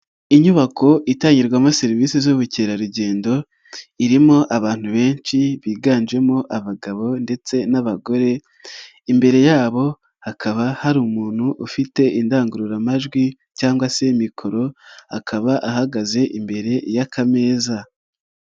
Inyubako itangirwamo serivisi z'ubukerarugendo, irimo abantu benshi biganjemo abagabo ndetse n'abagore, imbere yabo hakaba hari umuntu ufite indangururamajwi cyangwa se mikoro akaba ahagaze imbere yakameza.